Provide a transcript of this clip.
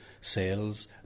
sales